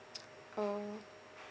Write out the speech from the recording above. orh